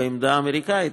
בעמדה האמריקנית,